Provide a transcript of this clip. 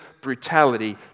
brutality